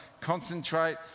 concentrate